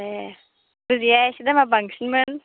ए गोजाया एसे दामआ बांसिनमोन